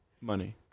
money